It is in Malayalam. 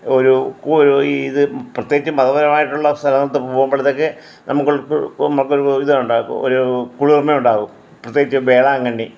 ഒരു ഒരു ഇത് പ്രത്യേകിച്ചും മതപരമായിട്ടുള്ള സ്ഥലത്ത് പോകുമ്പൊളത്തേക്ക് നമ്മൾക്ക് ഒരു ഇതുണ്ടാവും ഒരു കുളിർമ ഉണ്ടാവും പ്രത്യേകിച്ച് വേളാങ്കണ്ണി